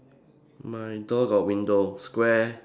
my door got window square